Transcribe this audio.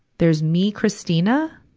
there's me christina,